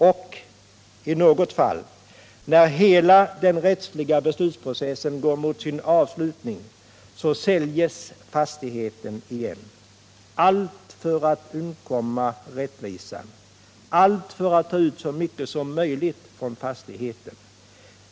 Och — i något fall — när hela den rättsliga beslutsprocessen går mot sin avslutning så säljs fastigheten igen. — Allt för att undkomma rättvisan. Allt för att ta ut så mycket som möjligt från fastigheten.